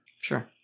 Sure